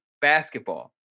basketball